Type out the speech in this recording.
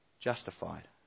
justified